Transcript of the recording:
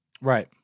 Right